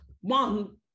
one